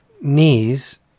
knees